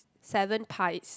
seven pies